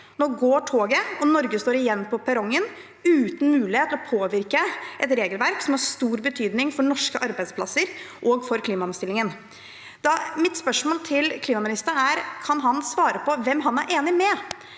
Nå går toget, og Norge står igjen på perrongen uten mulighet til å påvirke et regelverk som har stor betydning for norske arbeidsplasser og for klimaomstillingen. Mitt spørsmål til klimaministeren er: Kan han svare på hvem han er enig med?